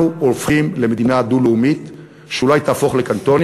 אנחנו הופכים למדינה דו-לאומית שאולי תהפוך לקנטונים.